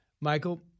Michael